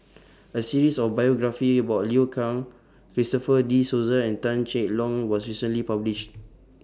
A series of biographies about Liu Kang Christopher De Souza and Tan Cheng Lock was recently published